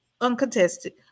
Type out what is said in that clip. uncontested